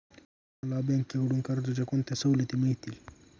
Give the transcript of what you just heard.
मला बँकेकडून कर्जाच्या कोणत्या सवलती मिळतील?